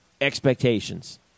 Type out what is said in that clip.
expectations